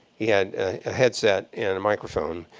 he had a headset and a microphone,